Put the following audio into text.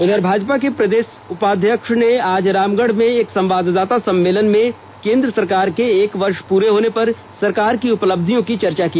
उधर भाजपा के प्रदेष उपाध्यक्ष ने आज रामगढ़ में एक संवाददाता सम्मेलन में केन्द्र सरकार के एक वर्ष पूरे होने पर सरकार की उपलब्धियों की चर्चा की